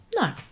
No